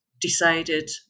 decided